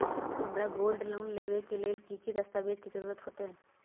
हमरा gold loan लेबे के लेल कि कि दस्ताबेज के जरूरत होयेत?